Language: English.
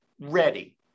ready